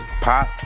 Pop